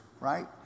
right